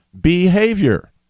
behavior